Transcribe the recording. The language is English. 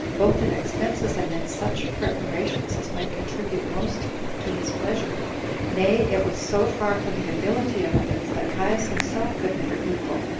both in expenses and in such preparations as might contribute most to his pleasure nay, it was so far from the ability of others, that caius himself could never equal,